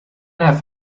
have